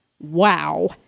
Wow